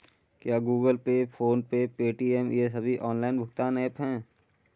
क्या Google pay PhonePe Paytm ये सभी ऑनलाइन भुगतान ऐप हैं?